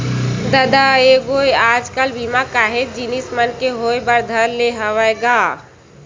ददा ऐ गोय आज कल बीमा काहेच जिनिस मन के होय बर धर ले हवय का गा?